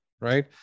right